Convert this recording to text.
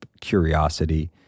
curiosity